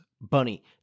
Bunny